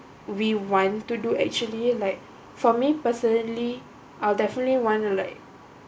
we want to do actually like for me personally I'll definitely want to like